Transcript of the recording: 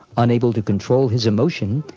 unable to control his emotions,